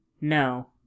No